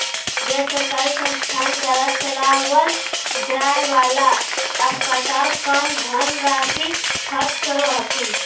गैर सरकारी संस्थान द्वारा चलावल जाय वाला अस्पताल कम धन राशी खर्च करो हथिन